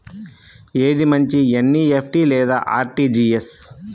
ఏది మంచి ఎన్.ఈ.ఎఫ్.టీ లేదా అర్.టీ.జీ.ఎస్?